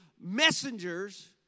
messenger's